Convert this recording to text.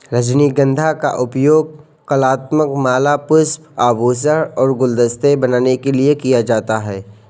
रजनीगंधा का उपयोग कलात्मक माला, पुष्प, आभूषण और गुलदस्ते बनाने के लिए किया जाता है